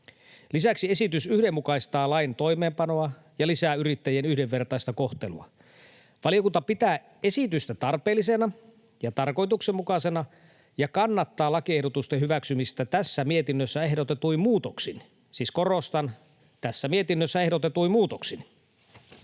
Lisäksi esitys yhdenmukaistaa lain toimeenpanoa ja lisää yrittäjien yhdenvertaista kohtelua. Valiokunta pitää esitystä tarpeellisena ja tarkoituksenmukaisena ja kannattaa lakiehdotusten hyväksymistä tässä mietinnössä ehdotetuin muutoksin — siis korostan: tässä mietinnössä ehdotetuin muutoksin.